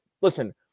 listen